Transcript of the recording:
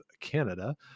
Canada